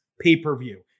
pay-per-view